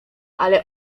ale